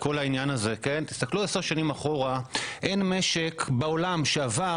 תסתכלו עשר שנים אחורה: אין משק בעולם שעבר